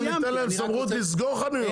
אנחנו ניתן להם סמכות לסגור חנויות.